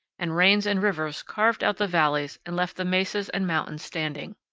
and rains and rivers carved out the valleys and left the mesas and mountains standing.